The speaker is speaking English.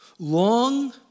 Long